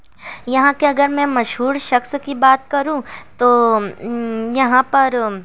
یہاں کے اگر میں مشہور شخص کی بات کروں تو یہاں پر